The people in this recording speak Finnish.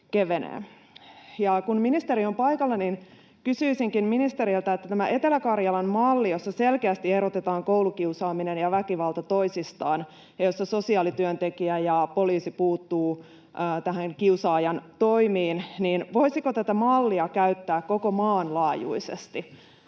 kun ministeri on paikalla, niin kysyisinkin ministeriltä: Etelä-Karjalan mallissa selkeästi erotetaan koulukiusaaminen ja väkivalta toisistaan ja sosiaalityöntekijä ja poliisi puuttuvat kiusaajan toimiin. Voisiko tätä mallia käyttää koko maan laajuisesti?